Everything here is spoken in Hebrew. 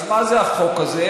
אז מה זה החוק הזה?